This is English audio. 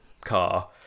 car